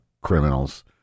criminals